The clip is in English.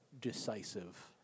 decisive